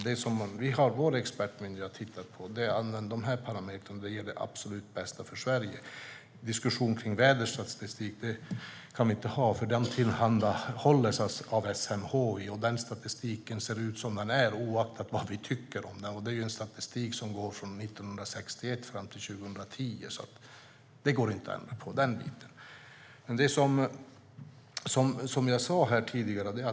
Det som vår expertmyndighet har tittat på är att de här parametrarna ger det absolut bästa för Sverige. Diskussion kring väderstatistik kan vi inte ha, för den statistiken tillhandahålls av SMHI, och den ser ut som den gör, oavsett vad vi tycker om den. Det är en statistik som går från 1961 fram till 2010. Där går det inte att ändra.